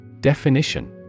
Definition